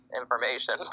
information